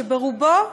שרובו,